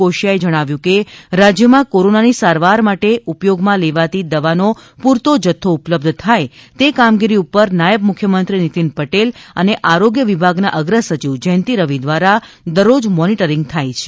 કોશીયાએ જણાવ્યું હતું કે રાજ્યમાં કોરોનાની સારવાર માટે ઉપયોગમાં લેવાતી દવાનો પૂરતો જથ્થો ઉપલબ્ધ થાય તે કામગીરી ઉપર નાયબ મુખ્યમંત્રી નીતીન પટેલ અને આરોગ્ય વિભાગના અગ્રસચિવ જયંતી રવિ દ્વારા દરરોજ મોનીટરીંગ થાય છે